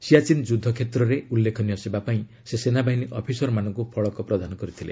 ସିଆଚୀନ୍ ଯୁଦ୍ଧ କ୍ଷେତ୍ରରେ ଉଲ୍ଲେଖନୀୟ ସେବା ପାଇଁ ସେ ସେନାବାହିନୀ ଅଫିସରମାନଙ୍କୁ ଫଳକ ପ୍ରଦାନ କରିଥିଲେ